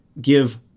give